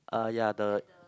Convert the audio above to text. uh ya the